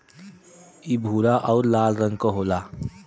इ भूरा आउर लाल रंग क होला